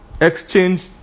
exchange